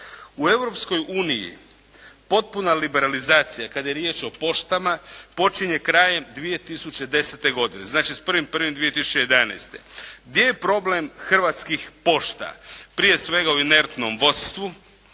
uniji potpuna liberalizacija kada je riječ o poštama počinje krajem 2010. godine. Znači, s 1.1.2011. Gdje je problem Hrvatskih pošta? Prije svega u inertnom vodstvu.